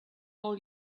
all